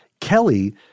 Kelly